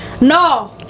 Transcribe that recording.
No